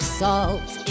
salt